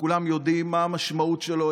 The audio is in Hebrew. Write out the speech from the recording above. וכולם יודעים מה המשמעות שלו.